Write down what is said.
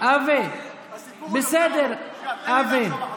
הסיפור הוא יותר עמוק.